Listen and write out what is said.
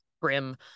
brim